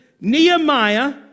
Nehemiah